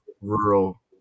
rural